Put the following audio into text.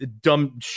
dumb